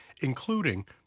including